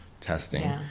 testing